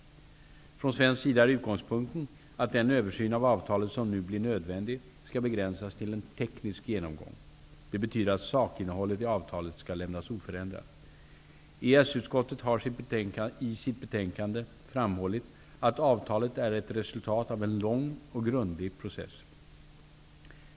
Från svensk sida är utgångspunkten att den översyn av avtalet som nu blir nödvändig skall begränsas till en teknisk genomgång. Det betyder att sakinnehållet i avtalet skall lämnas oförändrat. EES-utskottet har i sitt betänkande framhållit att avtalet är ett resultat av en lång och grundlig process.